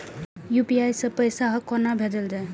UPI सै पैसा कोना भैजल जाय?